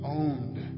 owned